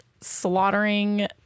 slaughtering